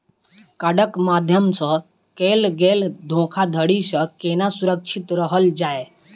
कार्डक माध्यम सँ कैल गेल धोखाधड़ी सँ केना सुरक्षित रहल जाए?